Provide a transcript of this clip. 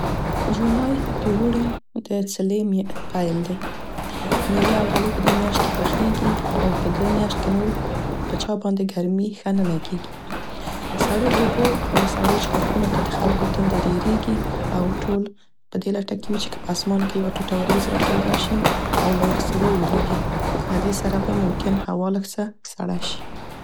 جولای د اوړي د څلې پیل دی. میوې او غلې په دې میاشت کې پخیګي او په دو میاشت کې نور، په چا باندې ګرمي ښه نه لګیږي. سړو اوبو او سړو چښاکونو ته د خلکو تنده ډیریګي او ټول په دې لټه کې وي چې که په اسمان کې یوه ټوټه وریځ راپیدا شي او څه واوریږي، له دې سره ممکن به هوا لږ څه سړه شي.